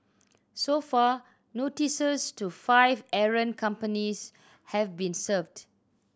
so far notices to five errant companies have been served